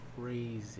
crazy